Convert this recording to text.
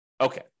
Okay